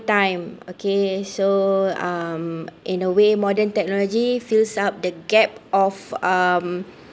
time okay so um in a way modern technology fills up the gap of um